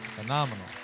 Phenomenal